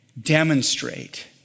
demonstrate